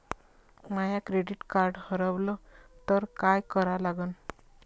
माय credit card हारवलं तर काय करा लागन?